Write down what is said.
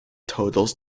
totals